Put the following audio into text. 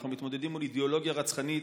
אנחנו מתמודדים מול אידיאולוגיה רצחנית,